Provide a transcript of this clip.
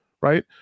right